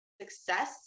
success